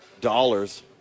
dollars